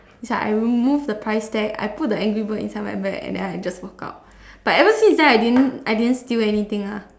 it's like I removed the price tag I put the angry bird inside my bag and then I just walk out but ever since then I didn't I didn't steal anything lah